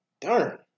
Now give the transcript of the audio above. Darn